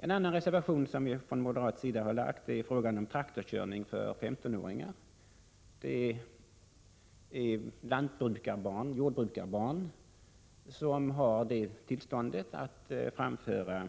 En annan reservation från moderat sida gäller traktorkörkort för 15 åringar. För närvarande är det jordbrukarbarn som har tillstånd att framföra